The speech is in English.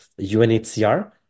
UNHCR